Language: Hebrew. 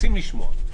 רוצים לשמוע.